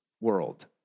world